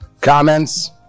Comments